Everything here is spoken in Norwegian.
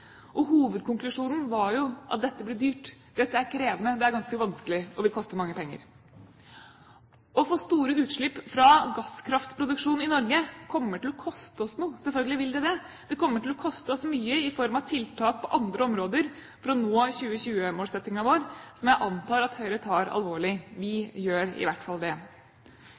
Norge. Hovedkonklusjonen var jo at dette ble dyrt, dette er krevende, det er ganske vanskelig, og det vil koste mange penger. Å få store utslipp fra gasskraftproduksjon i Norge kommer til å koste oss noe, selvfølgelig vil det det! Det kommer til å koste oss mye i form av tiltak på andre områder for å nå 2020-målsettingen vår, som jeg antar at Høyre tar alvorlig. Vi gjør i hvert fall det.